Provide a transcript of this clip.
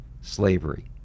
slavery